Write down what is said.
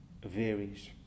varies